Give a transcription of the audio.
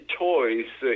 choice